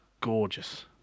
gorgeous